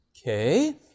okay